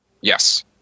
Yes